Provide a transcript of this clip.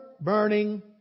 burning